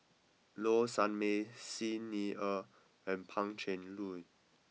Low Sanmay Xi Ni Er and Pan Cheng Lui